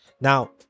Now